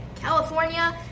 California